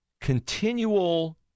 continual